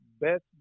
best